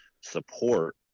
support